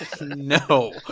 No